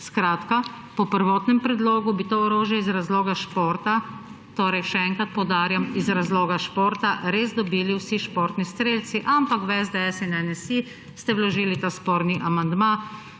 Skratka, po prvotnem predlogu bi to orožje iz razloga športa, torej še enkrat poudarjam, iz razloga športa res dobili vsi športni strelci, ampak v SDS in NSi ste vložili ta sporni amandma,